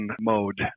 mode